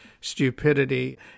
stupidity